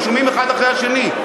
הם רשומים האחד אחרי השני.